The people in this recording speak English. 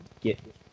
get